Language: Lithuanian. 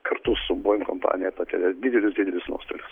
kartu su boing kompanija patiria didelius didelius nuostolius